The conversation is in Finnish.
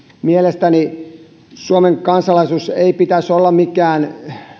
mielestäni suomen kansalaisuuden ei pitäisi olla mikään